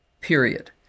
period